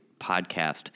podcast